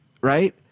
Right